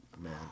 Man